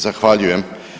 Zahvaljujem.